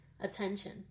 attention